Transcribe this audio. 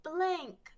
Blank